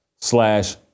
slash